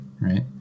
right